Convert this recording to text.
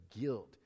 guilt